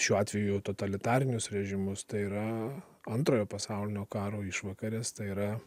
šiuo atveju totalitarinius režimus tai yra antrojo pasaulinio karo išvakarės tai yra